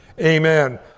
Amen